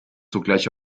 zugleich